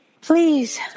Please